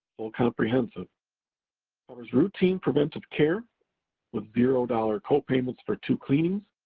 full comprehensive covers routine preventive care with zero dollar copayments for two cleanings,